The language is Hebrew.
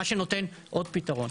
מה שנותן עוד פתרון.